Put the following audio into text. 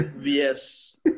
Yes